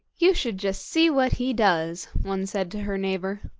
you should just see what he does one said to her neighbour.